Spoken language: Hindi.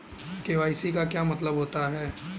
के.वाई.सी का क्या मतलब होता है?